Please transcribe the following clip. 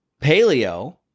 Paleo